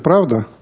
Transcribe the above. but out of the